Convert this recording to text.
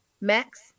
max